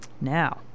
Now